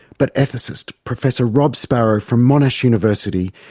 but ethicist professor rob sparrow, from monash university,